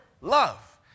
love